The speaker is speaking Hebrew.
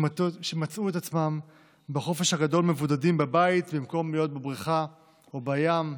שמצאו את עצמם בחופש הגדול מבודדים בבית במקום להיות בבריכה או בים,